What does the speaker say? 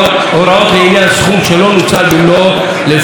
סכום שלא נוצל במלואו לפי סעיף זה.